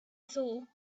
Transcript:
saw